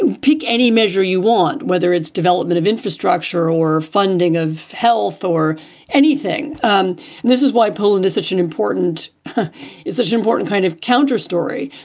and pick any measure you want, whether it's development of infrastructure or funding of health or anything. and this is why poland is such an important is such an important kind of counter story.